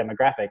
demographic